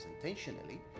intentionally